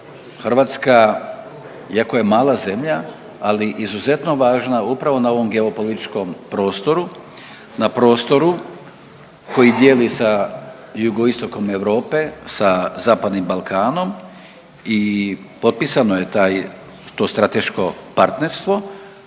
Hrvatska, iako je mala zemlja, ali izuzetno važna upravo na ovom geopolitičkom prostoru, na prostoru koji dijeli sa jugoistokom Europe, sa Zapadnim Balkanom i potpisano je taj, to strateško partnerstvo